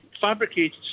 fabricated